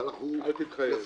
-- אל תתחייב...